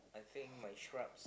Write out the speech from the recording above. I think my stripes